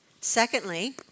Secondly